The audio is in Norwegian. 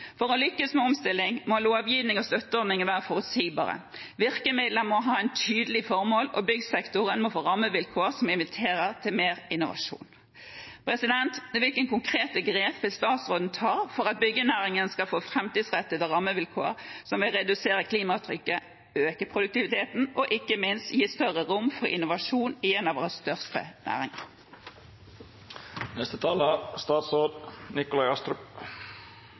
For å lykkes med omstillingen må lovgivning og støtteordninger være forutsigbare, virkemidler må ha et tydelig formål, og byggsektoren må få rammevilkår som inviterer til mer innovasjon. Hvilke konkrete grep vil statsråden ta for at byggenæringen skal få framtidsrettede rammevilkår som vil redusere klimaavtrykket, øke produktiviteten og ikke minst gi større rom for innovasjon i en av våre største næringer? Byggenæringen er